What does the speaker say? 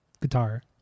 guitar